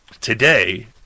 today